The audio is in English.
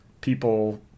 people